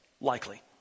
likely